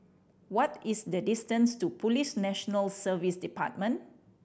what is the distance to Police National Service Department